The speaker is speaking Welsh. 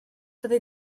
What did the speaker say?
fyddi